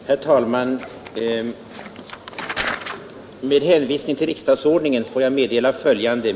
Herr talman! Med hänvisning till riksdagsordningen får jag meddela följande.